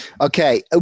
Okay